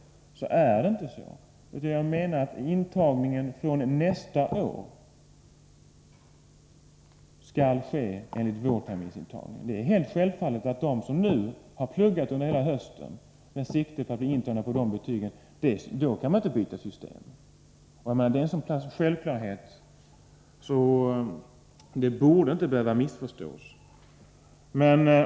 Jag föreslår inte det, utan jag menar att intagningen från nästa år skall ske på vårterminsbetyget. Det är självklart att de som nu har pluggat under hela hösten med sikte på att bli intagna på de betygen måste tas in enligt nuvarande system. Det är så pass självklart att det inte borde behöva missförstås.